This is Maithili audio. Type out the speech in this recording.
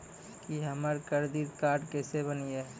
की हमर करदीद कार्ड केसे बनिये?